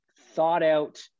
thought-out